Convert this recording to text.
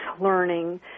learning